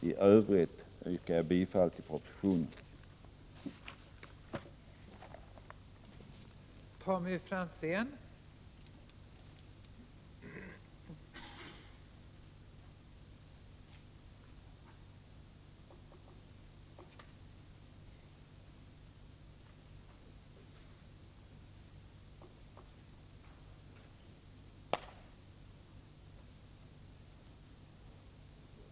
I övrigt yrkar jag bifall till utskottets hemställan, som följer förslaget i propositionen.